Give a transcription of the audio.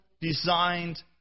designed